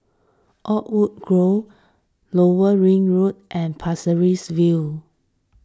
Oakwood Grove Lower Ring Road and Pasir Ris View